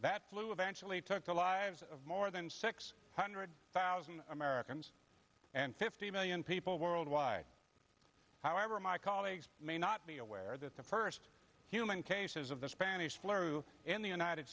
actually took the lives of more than six hundred thousand americans and fifty million people worldwide however my colleagues may not be aware that the first human cases of the spanish flu in the united